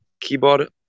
keyboard